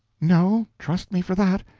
no. trust me for that.